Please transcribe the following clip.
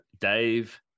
Dave